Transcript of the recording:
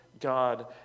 God